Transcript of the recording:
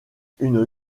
une